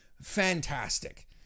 fantastic